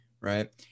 Right